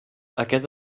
aquest